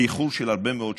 באיחור של הרבה מאוד שנים,